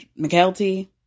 McKelty